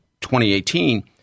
2018